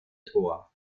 tor